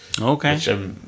Okay